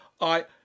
I—